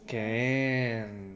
can